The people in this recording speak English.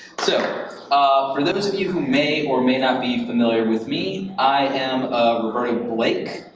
so um for those of you who may or may not be familiar with me, i am roberto blake.